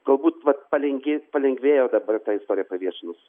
galbūt vat palinkė palengvėjo dabar tą istoriją paviešinus